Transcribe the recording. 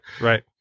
right